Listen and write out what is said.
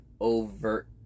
overt